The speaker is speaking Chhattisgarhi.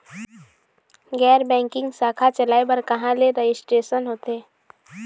गैर बैंकिंग शाखा चलाए बर कहां ले रजिस्ट्रेशन होथे?